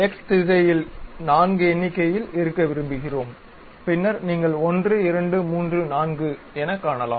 X திசையில் நான்கு எண்ணிக்கையில் இருக்க விரும்புகிறோம் பின்னர் நீங்கள் 1 2 3 4 எனக் காணலாம்